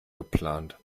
geplant